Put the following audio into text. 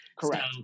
correct